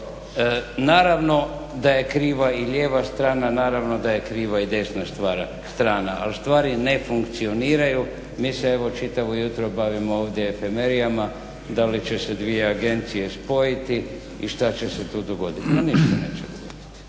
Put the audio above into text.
Naravno da je kriva i lijeva strana, naravno da je kriva i desna strana, ali stvari ne funkcioniraju. Mi se evo čitavo jutro bavimo ovdje efemerijama da li će se dvije agencije spojiti i što će se tu dogoditi. Ma ništ se neće dogoditi.